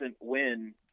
win